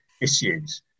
issues